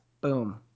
Boom